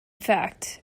fact